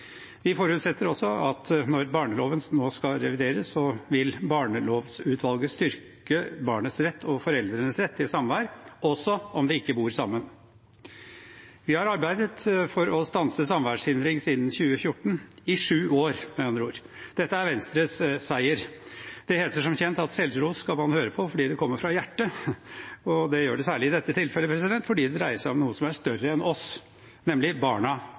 Vi forutsetter også at når barneloven nå skal revideres, vil barnelovutvalget styrke barnets rett og foreldrenes rett til samvær, også om de ikke bor sammen. Vi har arbeidet for å stanse samværshindring siden 2014 – i sju år, med andre ord. Dette er Venstres seier. Det heter som kjent at selvros skal man høre på, for det kommer fra hjertet, og det gjør det særlig i dette tilfellet, for det dreier seg om noe som er større enn oss, nemlig barna,